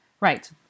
Right